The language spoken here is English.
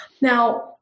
Now